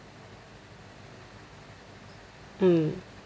mm